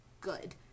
good